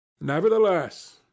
nevertheless